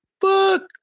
fuck